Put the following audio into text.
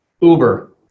Uber